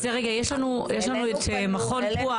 אז רגע, יש לנו את מכון פוע"ה.